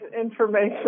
information